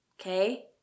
Okay